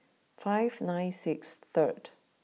five nine six third